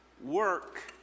work